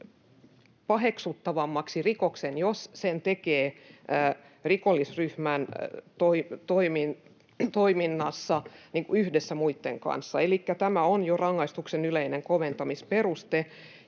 paheksuttavammaksi rikoksen, jos sen tekee rikollisryhmän toiminnassa yhdessä muitten kanssa, elikkä tämä on jo rangaistuksen yleinen koventamisperuste,